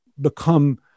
become